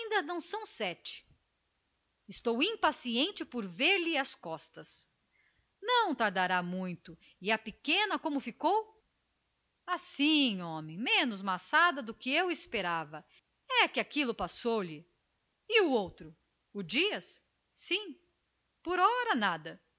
sete estou impaciente por vê-lo pelas costas não tardará muito e a pequena como ficou assim menos maçada do que eu esperava é que aquilo passou-lhe e o outro o dias sim por ora nada